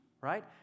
right